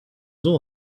ont